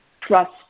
trust